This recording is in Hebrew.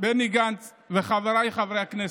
בני גנץ וחבריי חברי הכנסת.